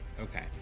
okay